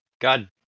God